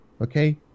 Okay